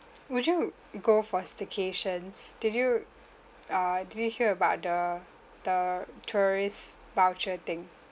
would you go for staycations did you err did you hear about the the tourist voucher thing